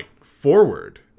forward